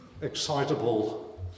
excitable